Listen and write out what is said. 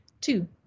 Two